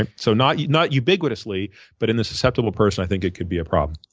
and so not not ubiquitously but in the susceptible person i think it could be a problem.